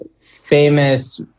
famous